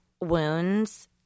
wounds